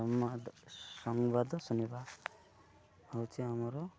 ସମ୍ବାଦ ସମ୍ବାଦ ଶୁଣିବା ହେଉଛି ଆମର